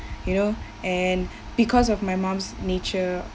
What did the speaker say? you know and because of my mum's nature